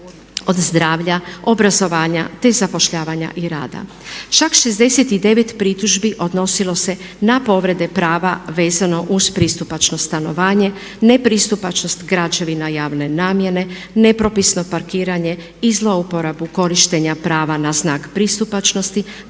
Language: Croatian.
od zdravlja, obrazovanja te zapošljavanja i rada. Čak 69 pritužbi odnosilo se na povrede prava vezano uz pristupačno stanovanje, ne pristupačnost građevina javne namjene, nepropisno parkiranje i zloporabu korištenja prava na znak pristupačnosti